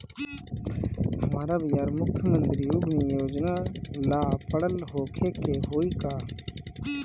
हमरा बिहार मुख्यमंत्री उद्यमी योजना ला पढ़ल होखे के होई का?